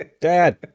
Dad